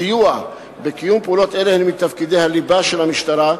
סיוע בקיום פעולות אלה הוא מתפקידי הליבה של המשטרה,